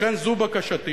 לכן, זאת בקשתי.